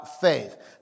faith